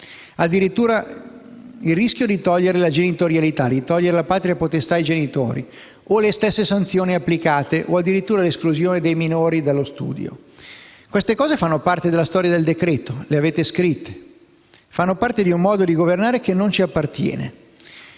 addirittura il rischio di perdere la genitorialità, la patria potestà ai genitori; per non parlare delle sanzioni applicate o addirittura dell'esclusione dei minori dallo studio. Queste cose fanno parte della storia del decreto-legge, le avete scritte, e fanno parte di un modo di governare che non ci appartiene.